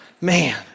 man